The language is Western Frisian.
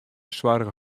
soarge